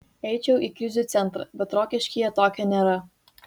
eičiau į krizių centrą bet rokiškyje tokio nėra